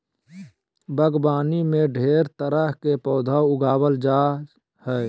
बागवानी में ढेर तरह के पौधा उगावल जा जा हइ